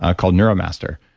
ah called neuro master.